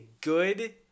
good